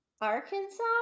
Arkansas